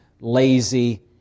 lazy